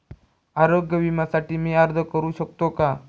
आरोग्य विम्यासाठी मी अर्ज करु शकतो का?